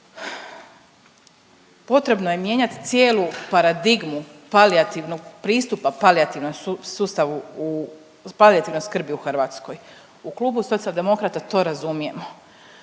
Potrebno je mijenjati cijelu paradigmu palijativnog pristupa palijativnoj skrbi u Hrvatskoj. U klubu Socijaldemokrata to razumijemo.